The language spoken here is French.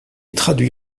traduit